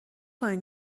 کنین